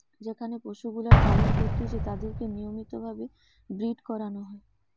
যেখানে পশুগুলার পালন করতিছে তাদিরকে নিয়মিত ভাবে ব্রীড করানো হয়